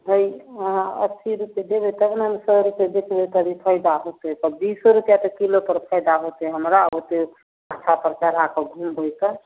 हइ अहाँ अस्सी रुपैए देबै तब ने हम सओ रुपैए बेचबै तभी फाइदा होतै तऽ बीस रुपैए तऽ किलोपर फाइदा होतै हमरा ओतेक अच्छा अच्छा राखब ढूँढि ढूँढिके